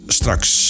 straks